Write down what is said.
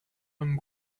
and